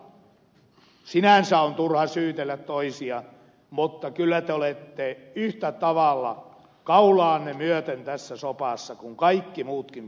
minusta sinänsä on turha syytellä toisia mutta kyllä te olette samalla tavalla kaulaanne myöten tässä sopassa kuin kaikki muutkin puolueet